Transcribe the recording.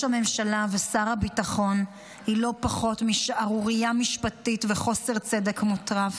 הממשלה ושר הביטחון היא לא פחות משערורייה משפטית וחוסר צדק מוטרף.